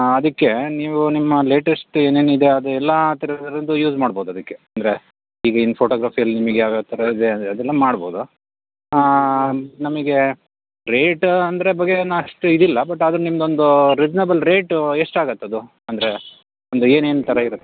ಅದಕ್ಕೆ ನೀವು ನಿಮ್ಮ ಲೇಟೆಸ್ಟ್ ಏನೇನಿದೆ ಅದೆಲ್ಲ ಥರಥರದ್ದು ಯೂಸ್ ಮಾಡ್ಬೋದು ಅದಕ್ಕೆ ಅಂದರೆ ಈಗಿನ ಫೋಟೋಗ್ರಫಿಯಲ್ಲಿ ನಿಮಗೆ ಯಾವ್ಯಾವ ಥರ ಇದೆ ಅದೆಲ್ಲ ಮಾಡ್ಬೋದು ನಮಗೆ ರೇಟ್ ಅಂದರೆ ಬಗ್ಗೆ ಏನು ಅಷ್ಟು ಇದಿಲ್ಲ ಬಟ್ ಆದರೂ ನಿಮ್ಮದೊಂದು ರೀಸನೇಬಲ್ ರೇಟು ಎಷ್ಟು ಆಗತ್ತೆ ಅದು ಅಂದರೆ ಒಂದು ಏನೇನು ಥರ ಇರುತ್ತೆ